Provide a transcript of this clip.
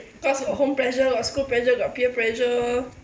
cause got home pressure got school pressure got peer pressure